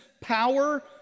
power